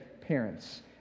parents